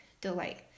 delight